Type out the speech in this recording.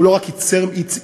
הוא לא רק ייצג מגזר,